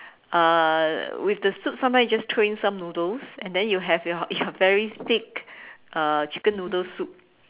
uh with the soup sometimes you just throw in some noodles and then you have your you're very thick uh chicken noodle soup